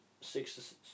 six